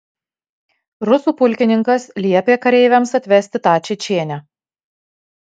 rusų pulkininkas liepė kareiviams atvesti tą čečėnę